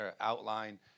outline